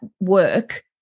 work